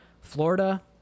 Florida